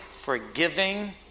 forgiving